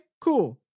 Cool